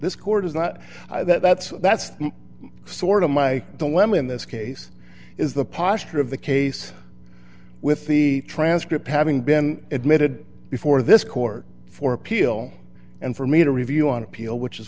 this court is not that's that's sort of my dilemma in this case is the posture of the case with the transcript having been admitted before this court for appeal and for me to review on appeal which is